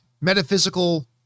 metaphysical